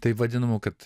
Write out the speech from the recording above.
taip vadinamų kad